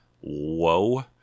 Whoa